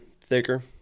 thicker